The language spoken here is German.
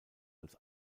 als